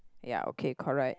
ya okay correct